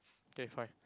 okay fine